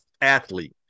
athlete